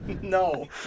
No